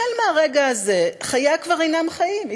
החל באותו הרגע חייה כבר אינם חיים,